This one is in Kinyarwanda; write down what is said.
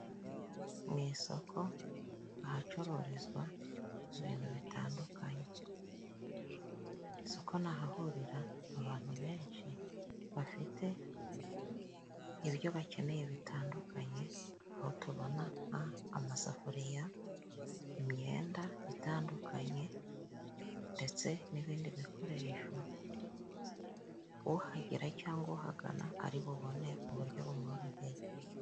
Mu isoko ahacururizwa ibintu bitandukanye. Isoko ni ahahurira abantu benshi bafite ibyo bakeneye bitandukanye, aho tubona nk amasafuriya, imyenda itandukanye, ndetse n'ibindi bikoresho, uhagera cyangwa uhagana ari bubone mu buryo bumworoheye.